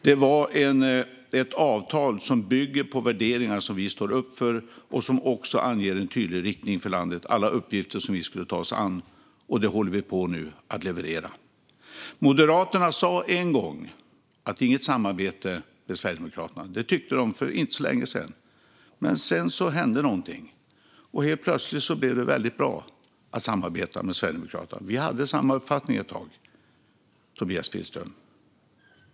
Det var ett avtal som bygger på värderingar som vi står upp för och som också anger en tydlig riktning för landet med alla uppgifter som vi skulle ta oss an, och det håller vi nu på att leverera. Inget samarbete med Sverigedemokraterna, sa Moderaterna en gång. Det tyckte man för inte så länge sedan. Men sedan hände någonting. Helt plötsligt blev det väldigt bra att samarbeta med Sverigedemokraterna. Vi hade samma uppfattning ett tag, Tobias Billström.